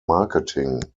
marketing